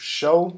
show